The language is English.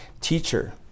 Teacher